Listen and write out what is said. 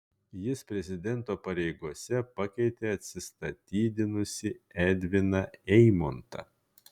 jis prezidento pareigose pakeitė atsistatydinusį edviną eimontą